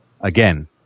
again